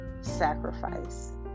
sacrifice